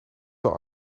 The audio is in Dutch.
veel